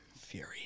Fury